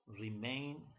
remain